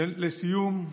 לסיום,